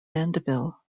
mandeville